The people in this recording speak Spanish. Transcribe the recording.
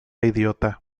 idiota